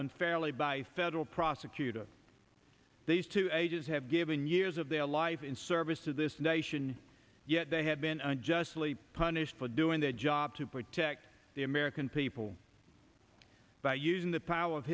unfairly by federal prosecutor these two ages have given years of their life in service to this nation yet they have been unjustly punished for doing their job to protect the american people by using the power of